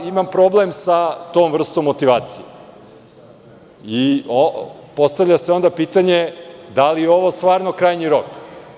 Imam problem sa tom vrstom motivacije i onda se postavlja pitanje da li je ovo stvarno krajnji rok?